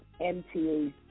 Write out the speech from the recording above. MTA